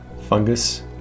fungus